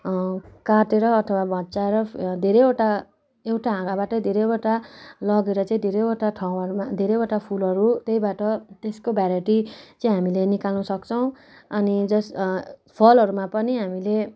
काटेर अथवा भँच्चाएर धेरैवटा एउटा हाँगाबाट धेरैवटा लगेर चाहिँ धेरैवटा ठाउँहरूमा धेरैवटा फुलहरू त्यहीबाट त्यसको भेराइटी चाहिँ हामीले निकाल्नु सक्छौँ अनि जस् फलहरूमा पनि हामीले